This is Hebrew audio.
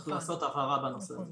צריך לעשות הבהרה בנושא הזה.